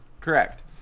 Correct